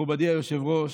מכובדי היושב-ראש,